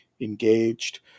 engaged